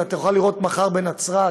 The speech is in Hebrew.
אתה תוכל לראות מחר בנצרת